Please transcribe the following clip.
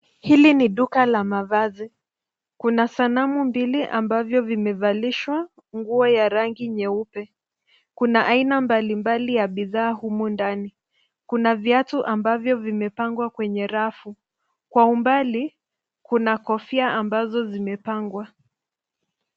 Hili ni duka la mavazi. Kuna sanamu mbili ambavyo vimevalishwa, nguo ya rangi nyeupe. Kuna aina mbalimbali ya bidhaa humu ndani. Kuna viatu ambavyo vimepangwa kwenye rafu. Kwa umbali, kuna kofia ambazo zimepangwa.